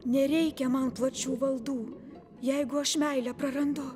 nereikia man plačių valdų jeigu aš meilę prarandu